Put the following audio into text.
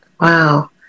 wow